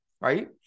Right